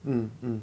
mm mm